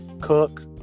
Cook